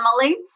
family